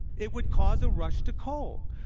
it would cause a rush to coal.